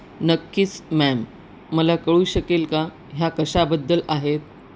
नक्कीच मॅम मला कळू शकेल का ह्या कशाबद्दल आहेत